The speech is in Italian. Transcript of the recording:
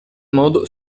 modo